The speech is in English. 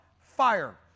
Fire